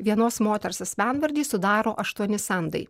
vienos moters asmenvardį sudaro aštuoni sandai